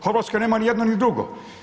Hrvatska nema nijedno ni drugo.